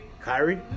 Kyrie